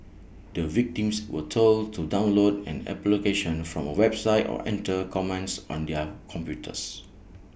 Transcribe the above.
the victims were told to download an application from A website or enter commands on their computers